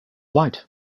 light